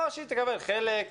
או שהיא תקבל חלק,